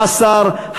בא שר,